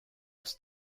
los